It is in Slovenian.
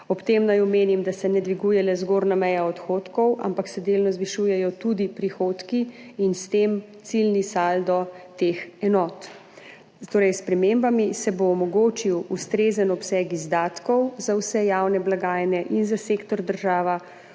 Ob tem naj omenim, da se ne dviguje le zgornje meje odhodkov, ampak se delno zvišujejo tudi prihodki in s tem ciljni saldo teh enot. S spremembami se bo torej omogočil ustrezen obseg izdatkov za vse javne blagajne in za sektor država